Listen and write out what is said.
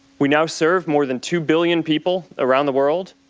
we now serve more than two billion people around the world,